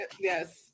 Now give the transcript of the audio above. yes